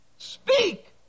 speak